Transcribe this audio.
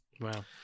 Wow